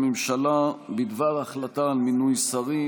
הממשלה בדבר החלטה על מינוי שרים.